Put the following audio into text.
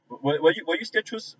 will will you were you still choose